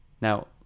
Now